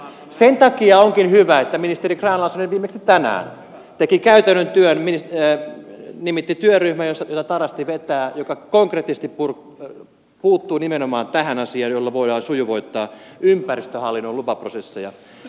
sen takia onkin hyvä että ministeri grahn laasonen viimeksi tänään teki käytännön työn nimitti työryhmän jota tarasti vetää ja joka konkreettisesti puuttuu nimenomaan tähän asiaan jolloin voidaan sujuvoittaa ympäristöhallinnon lupaprosesseja